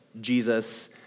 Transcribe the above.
Jesus